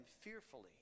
fearfully